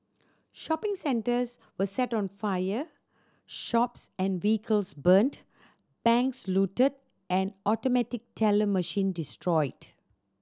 shopping centres were set on fire shops and vehicles burnt banks looted and automatic teller machine destroyed